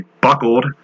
buckled